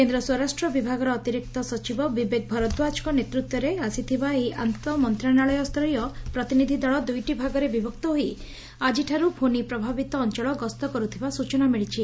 କେନ୍ଦ ସ୍ୱରାଷ୍ଟ୍ର ବିଭାଗର ଅତିରିକ୍ତ ସଚିବ ବିବେକ ଭରଦ୍ୱାଜଙ୍କ ନେତୃତ୍ୱରେ ଆସିଥିବା ଏହି ଆନ୍ତଃମନ୍ତ୍ରଶାଳୟସ୍ତରୀୟ ପ୍ରତିନିଧି ଦଳ ଦୁଇଟି ଭାଗରେ ବିଭକ୍ତ ହୋଇ ଆକିଠାରୁ ଫୋନି ପ୍ରଭାବିତ ଅଞ୍ଚଳ ଗସ୍ତ କରୁଥିବା ସ୍ଟଚନା ମିଳିଛି